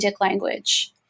language